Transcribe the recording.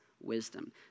wisdom